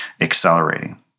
accelerating